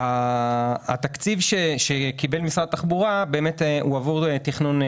אם משרד התחבורה מחליט שמקדמים את הפרויקט